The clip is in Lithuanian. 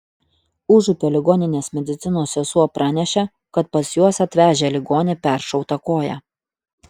užupio ligoninės medicinos sesuo pranešė kad pas juos atvežę ligonį peršauta koja